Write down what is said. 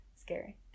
Scary